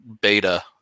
beta